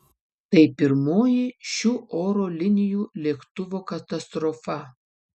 tai pirmoji šių oro linijų lėktuvo katastrofa